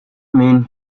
mean